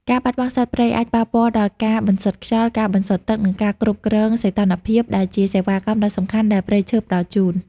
ការបាត់បង់សត្វព្រៃអាចប៉ះពាល់ដល់ការបន្សុទ្ធខ្យល់ ការបន្សុទ្ធទឹក និងការគ្រប់គ្រងសីតុណ្ហភាព ដែលជាសេវាកម្មដ៏សំខាន់ដែលព្រៃឈើផ្តល់ជូន។